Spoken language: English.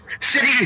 City